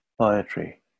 poetry